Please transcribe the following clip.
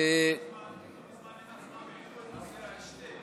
אדוני השר, לא מזמן הם עצמם העלו את נושא ההשתק,